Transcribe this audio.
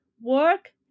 work